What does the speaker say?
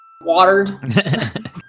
watered